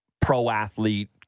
pro-athlete